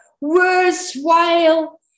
worthwhile